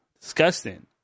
Disgusting